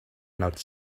not